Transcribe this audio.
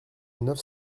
neuf